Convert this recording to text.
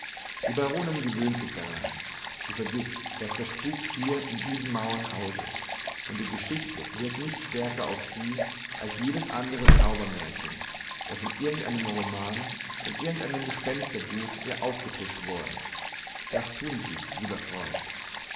die baronin gewöhnt sich daran sie vergißt daß der spuk hier in diesen mauern hauset und die geschichte wirkt nicht stärker auf sie als jedes andere zaubermärchen das in irgendeinem roman in irgendeinem gespensterbuch ihr aufgetischt worden das tun sie lieber freund